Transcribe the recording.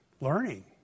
learning